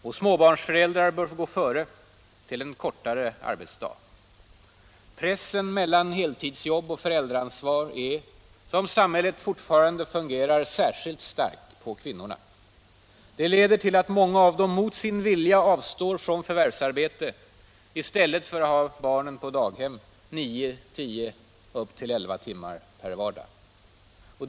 Och småbarnsföräldrar bör få gå före till en kortare arbetsdag. Pressen mellan heltidsjobb och föräldraansvar är, som samhället fortfarande fungerar, särskilt stark på kvinnorna. Det leder till att många av dem mot sin vilja avstår från förvärvsarbete i stället för att ha barnen på daghem nio tio, ja, upp till elva timmar per vardag.